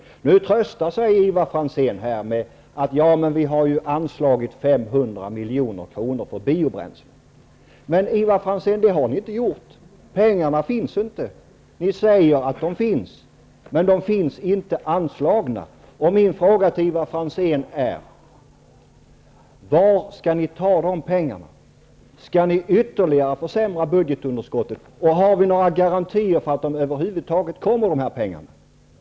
Ivar Franzén tröstar sig med att man har anslagit 500 milj.kr. till biobränsle. Men, Ivar Franzén, det har ni inte gjort. Dessa pengar finns inte. Ni säger att de finns, men de är inte anslagna. Varifrån skall ni ta dessa pengar? Skall ni försämra budgetunderskottet ytterligare? Har vi några garantier för att dessa pengar över huvud taget kommer?